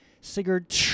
Sigurd